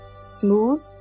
Smooth